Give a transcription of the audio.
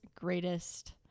greatest